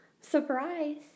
Surprise